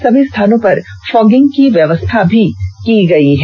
सभी स्थानों पर फागिंग की व्यवस्था की गई है